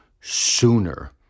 sooner